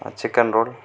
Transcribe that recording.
chicken roll